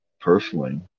personally